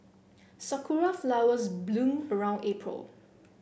sakura flowers bloom around April